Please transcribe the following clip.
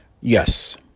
Yes